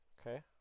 Okay